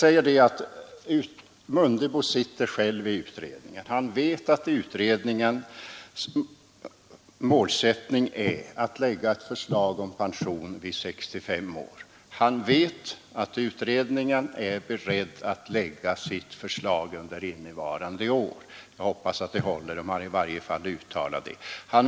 Eftersom herr Mundebo själv sitter i utredningen vet han att utredningens målsättning är att lägga fram förslag om pension vid 65 år, och herr Mundebo vet att utredningen är beredd att presentera det förslaget under innevarande år. I varje fall har utredningen lovat att göra det. Jag hoppas att man håller ord.